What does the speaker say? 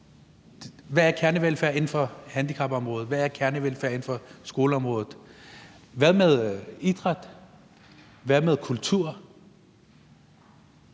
Hvad er kernevelfærd inden for handicapområdet? Hvad er kernevelfærd inden for skoleområdet? Hvad med idræt? Hvad med kultur?